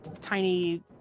tiny